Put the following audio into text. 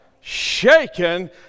Shaken